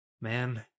man